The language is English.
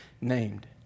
named